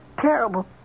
terrible